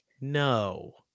No